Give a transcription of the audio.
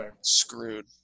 screwed